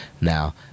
now